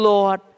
Lord